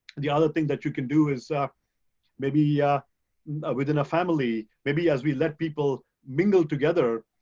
the other thing that you can do is maybe yeah within a family, maybe as we let people mingle together,